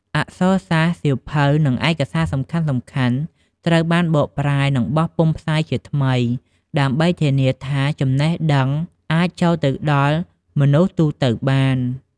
អក្សរសាស្ត្រ សៀវភៅ និងឯកសារសំខាន់ៗត្រូវបានបកប្រែ និងបោះពុម្ពផ្សាយជាថ្មី ដើម្បីធានាថាចំណេះដឹងអាចចូលទៅដល់មនុស្សទូទៅបាន។